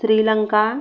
Sri Lanka